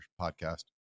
podcast